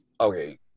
okay